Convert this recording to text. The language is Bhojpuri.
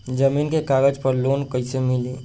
जमीन के कागज पर लोन कइसे मिली?